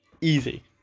Easy